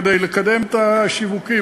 כדי לקדם את השיווק,